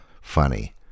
Funny